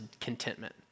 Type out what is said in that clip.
contentment